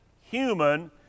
human